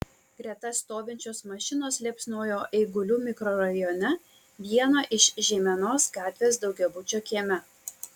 greta stovinčios mašinos liepsnojo eigulių mikrorajone vieno iš žeimenos gatvės daugiabučio kieme